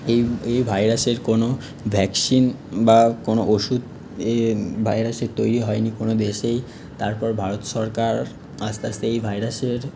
এই এই ভাইরাসের কোনো ভ্যাকসিন বা কোনো ওষুধ এ ভাইরাসের তৈরি হয় নি কোনো দেশেই তারপর ভারত সরকার আস্তে আস্তে এই ভাইরাসের